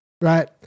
right